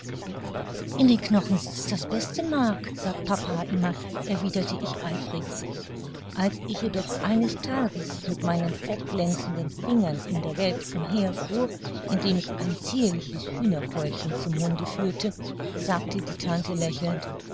in den knochen sitzt das beste mark sagt papa immer erwiderte ich eifrig als ich jedoch eines tages mit meinen fettglänzenden fingern in der welt umher fuhr indem ich ein zierliches hühnerkeulchen zum munde führte sagte die tante lächelnd